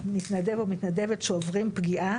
שמתנדב או מתנדבת שעוברים פגיעה